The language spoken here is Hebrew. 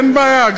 אין בעיה.